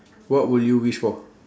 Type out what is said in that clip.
what will you wish for